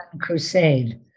crusade